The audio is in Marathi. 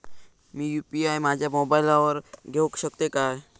मी यू.पी.आय माझ्या मोबाईलावर घेवक शकतय काय?